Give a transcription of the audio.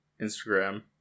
Instagram